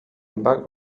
bug